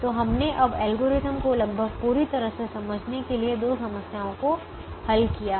तो हमने अब एल्गोरिथ्म को लगभग पूरी तरह से समझने के लिए दो समस्याओं को हल किया है